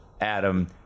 Adam